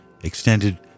extended